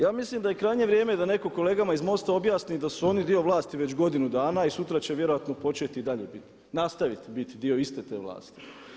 Ja smislim da je krajnje vrijeme da neko kolegama iz MOST-a objasni da su oni dio vlasti već godinu dana i sutra će vjerojatno početi i dalje biti, nastaviti biti dio iste te vlasti.